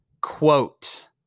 quote